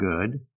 good